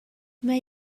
mae